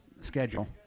schedule